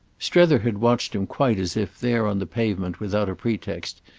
strether had watched him quite as if, there on the pavement without a pretext,